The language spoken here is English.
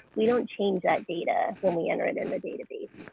we don't change that data when we enter it in the database.